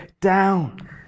down